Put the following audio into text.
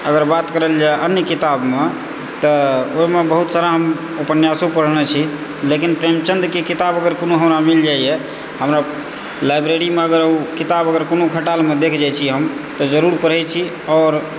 अगर बात करल जाए अन्य किताबमे तऽ ओहिमे बहुत सारा हम उपन्यासो पढ़ने छी लेकिन प्रेमचन्दके किताब अगर कोनो हमरा मिल जाइए हमरा लाइब्रेरीमे अगर किताब अगर कोनो खटालमे देखऽ जाय छी हम तऽ जरुर पढ़ए छी आओर